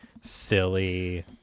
silly